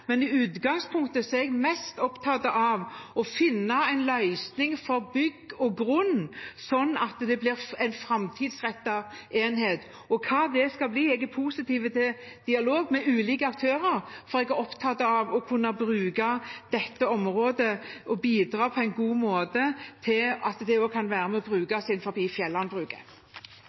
men i utgangspunktet er jeg mest opptatt av å finne en løsning for bygg og grunn slik at det blir en framtidsrettet enhet. Når det gjelder hva det skal bli, er jeg positiv til dialog med ulike aktører, for jeg er opptatt av å kunne bruke dette området og bidra på en god måte også innenfor fjellandbruket. Det blir alltids en råd med